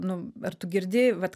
nu ar tu girdi vat